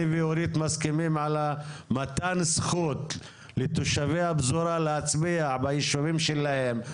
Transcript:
אני ואורית מסכימים על מתן זכות לתושבי הפזורה להצביע ביישובים שלהם.